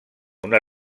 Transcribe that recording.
una